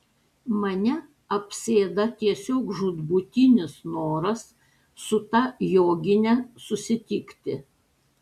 mane apsėda tiesiog žūtbūtinis noras su ta jogine susitikti